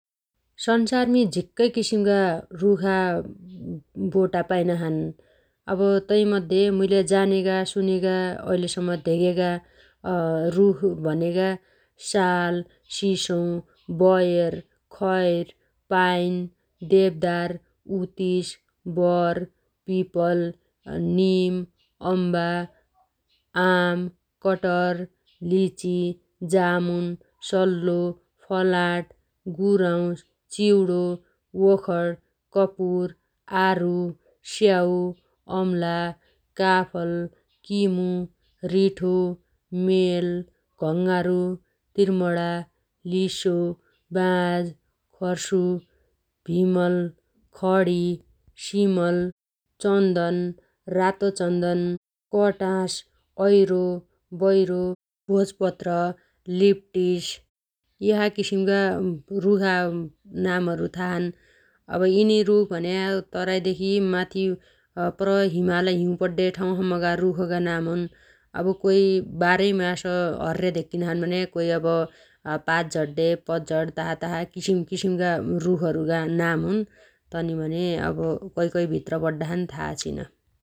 स‌ंसारमी झिक्कै किसिमगा रुखा बोटा पाइनाछन् । अब तैमध्ये मुइले जानेगा सुनेगा ऐलेसम्म धेगेगा रुख भनेगा साल, सिसौ, बयर, खैर, पाइन, देवदार, उतिस, बर, पिपल, निम, अम्भा, आम, कटहर, लिचि, जामुन, सल्लो, फलाट, गुराउस, चिउणो, ओखण, कपुर, आरु, स्याउ, अम्ला, काफल, किमु, रिठो, मेल, घंगारु, त्रिमणा, लिसो, बाज, खर्सु, भिमल, खणी, सिमल, चन्दन, रातो चन्दन, कटास, ऐरो ,बैरो, भोजपत्र, लिप्टिस, यसा किसिमगा रुखा नामहरु थाछन् । अब यिनी रुखहरु भन्या तराइदेखि माथी पुर हिमाल हिउ पड्डे ठाउगा रुखगा नाम हुन् । अब कोइ बारैमास हर्रे धेक्किना छन् भन्या कोइ अब पात झड्डे पतझर तासा तासा किसिमकिसिमगा रुखहरुगा नाम हुन् । तनि भने अब कै कै भित्र पड्डाछन् था आछिन ।